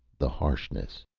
the harshness.